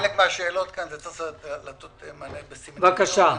על חלק מהשאלות כאן צריך לתת מענה --- אני